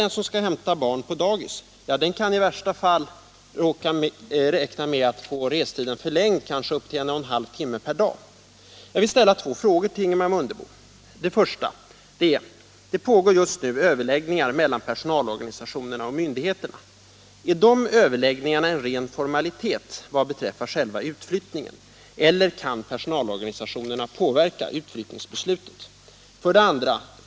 Den som skall hämta ett barn på dagis kan i värsta fall få restiden förlängd med upp till en och en halv timme per dag. 1. Det pågår just nu överläggningar mellan personalorganisationerna och myndigheterna. Är de överläggningarna en ren formalitet vad beträffar själva utflyttningen, eller kan personalorganisationerna påverka utflyttningsbeslutet? 2.